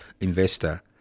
investor